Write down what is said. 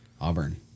Auburn